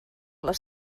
les